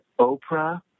Oprah